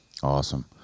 awesome